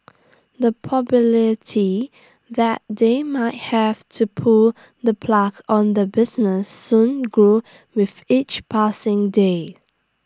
the probability that they might have to pull the plug on the business soon grew with each passing day